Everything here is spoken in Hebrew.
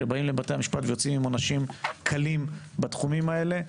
שבאים לבתי המשפט ויוצאים עם עונשים קלים בתחומים האלה,